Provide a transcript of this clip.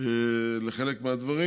לחלק מהדברים.